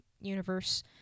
universe